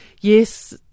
yes